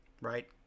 right